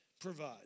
provide